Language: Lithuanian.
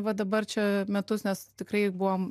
va dabar čia metus nes tikrai buvom